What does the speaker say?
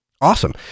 Awesome